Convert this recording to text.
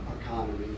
economy